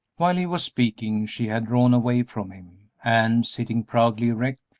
while he was speaking she had drawn away from him, and, sitting proudly erect,